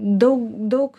daug daug